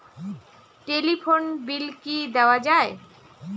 Telephone bill কি দেওয়া যায়?